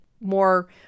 more